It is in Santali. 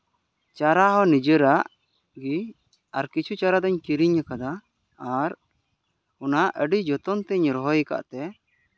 ᱪᱟᱨᱟ ᱦᱚᱸ ᱱᱤᱡᱮᱨᱟᱜ ᱜᱮ ᱟᱨ ᱠᱤᱪᱷᱩ ᱪᱟᱨᱟ ᱫᱚᱧ ᱠᱤᱨᱤᱧ ᱠᱟᱫᱟ ᱟᱨ ᱚᱱᱟ ᱟᱹᱰᱤ ᱡᱚᱛᱚᱱ ᱛᱮ ᱨᱚᱦᱚᱭ ᱠᱟᱫ ᱛᱮ